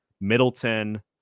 Middleton